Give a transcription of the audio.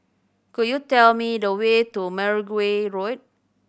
could you tell me the way to Mergui Road